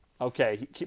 Okay